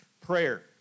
Prayer